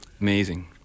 Amazing